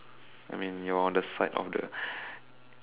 I mean you're on the side of the